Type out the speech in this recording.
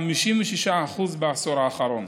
56% בעשור האחרון.